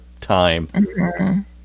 time